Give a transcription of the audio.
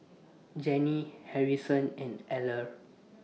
Jenny Harrison and Eller